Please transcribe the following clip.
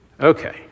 Okay